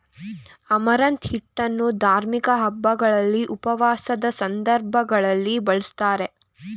amaranth ಹಿಟ್ಟನ್ನು ಧಾರ್ಮಿಕ ಹಬ್ಬಗಳಲ್ಲಿ, ಉಪವಾಸದ ಸಂದರ್ಭಗಳಲ್ಲಿ ಬಳ್ಸತ್ತರೆ